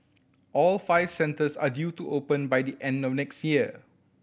all five centres are due to open by the end of next year